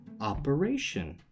operation